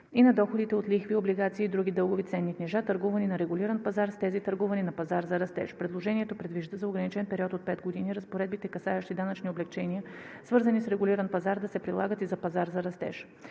и на доходите от лихви от облигации и други дългови ценни книжа, търгувани на регулиран пазар, с тези, търгувани на пазар за растеж. Предложението предвижда за ограничен период от пет години разпоредбите, касаещи данъчни облекчения, свързани с регулиран пазар, да се прилагат и за пазар за растеж.